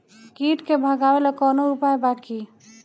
कीट के भगावेला कवनो उपाय बा की?